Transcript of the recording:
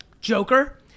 Joker